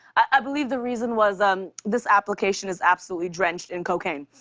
i believe the reason was, um this application is absolutely drenched in cocaine.